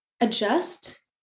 adjust